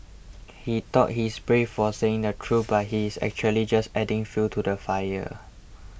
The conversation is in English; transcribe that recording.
he thought he's brave for saying the truth but he is actually just adding fuel to the fire